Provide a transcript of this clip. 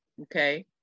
okay